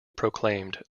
proclaimed